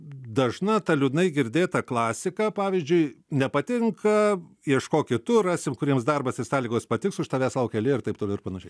dažna ta liūdnai girdėta klasika pavyzdžiui nepatinka ieškok kitur rasim kuriems darbas ir sąlygos patiks už tavęs laukia eilė ir taip toliau ir panašiai